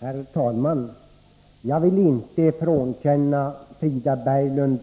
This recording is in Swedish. Herr talman! Jag vill inte frånkänna Frida Berglund